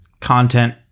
content